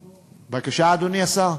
בבקשה, אדוני השר?